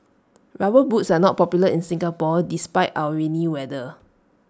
rubber boots are not popular in Singapore despite our rainy weather